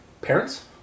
parents